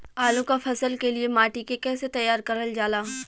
आलू क फसल के लिए माटी के कैसे तैयार करल जाला?